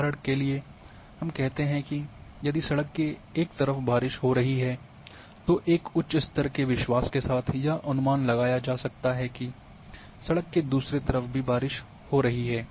उदाहरण के लिए हम कहते हैं कि यदि सड़क के एक तरफ बारिश हो रही है तो एक उच्च स्तर के विश्वास के साथ यह अनुमान लगाया जा सकता है कि सड़क के दूसरी तरफ भी बारिश हो रही है